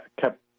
kept